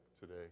today